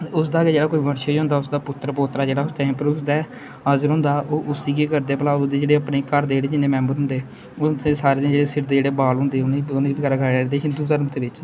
ते उसदा गै जेह्ड़ा कोई बंशज होंदा उसदा पुत्तर पोत्तर जेह्ड़ा उस टाइम पर उसदे हाजिर होंदा ओह् उस्सी केह करदे भला ओह्दे जेह्ड़े अपने घर दे जेह्ड़े जिन्ने मैम्बर होंदे उं'दे सारें दे जेह्ड़े सिर दे जेह्ड़े बाल होंदे उ'नें गी उ'नें गी बगैरा कटाई ओड़दे हिंदू धरम दे बिच्च